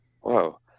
whoa